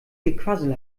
gequassel